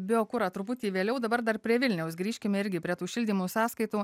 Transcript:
biokurą truputį vėliau dabar dar prie vilniaus grįžkime irgi prie tų šildymų sąskaitų